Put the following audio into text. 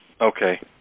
Okay